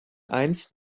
eins